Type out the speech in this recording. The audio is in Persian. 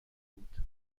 بود